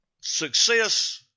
success